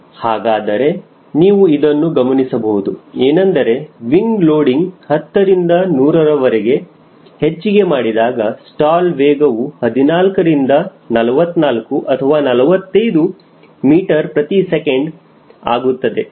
ಹಾಗಾದರೆ ನೀವು ಇದನ್ನು ಗಮನಿಸಬಹುದು ಏನೆಂದರೆ ವಿಂಗ ಲೋಡಿಂಗ್ 10 ರಿಂದ 100 ವರೆಗೆ ಹೆಚ್ಚಿಗೆ ಮಾಡಿದಾಗ ಸ್ಟಾಲ್ ವೇಗವು 14 ರಿಂದ 44 ಅಥವಾ 45 ms ಆಗುತ್ತದೆ